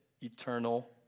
eternal